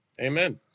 Amen